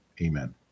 Amen